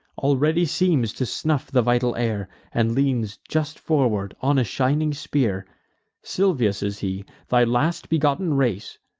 already seems to snuff the vital air, and leans just forward, on a shining spear silvius is he, thy last-begotten race,